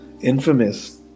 infamous